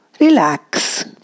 relax